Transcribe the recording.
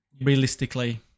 Realistically